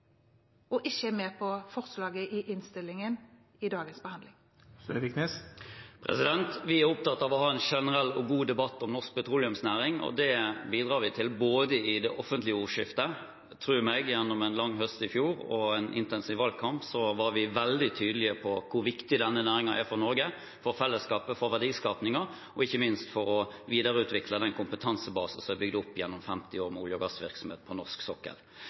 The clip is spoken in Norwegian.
og ikke er med på forslaget i innstillingen i dagens behandling? Vi er opptatt av å ha en generell og god debatt om norsk petroleumsnæring, og det bidrar vi til, også i det offentlige ordskiftet. Tro meg, gjennom en lang høst i fjor med en intensiv valgkamp var vi veldig tydelige på hvor viktig denne næringen er for Norge, for fellesskapet, for verdiskapingen og ikke minst for å videreutvikle den kompetansebasen som er bygd opp gjennom 50 år med olje- og gassvirksomhet på norsk sokkel.